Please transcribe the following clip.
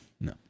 No